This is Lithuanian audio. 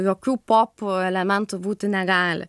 jokių pop elementų būti negali